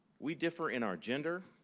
we differ in our gender,